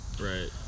Right